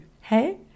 hey